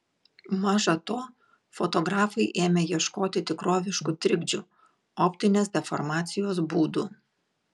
maža to fotografai ėmė ieškoti tikroviškų trikdžių optinės deformacijos būdų